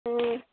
ம்